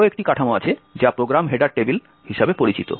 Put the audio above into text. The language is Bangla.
আরো একটি কাঠামো আছে যা প্রোগ্রাম হেডার টেবিল হিসাবে পরিচিত